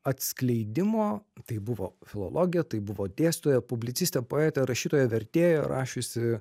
atskleidimo tai buvo filologė tai buvo dėstytoja publicistė poetė rašytoja vertėja rašiusi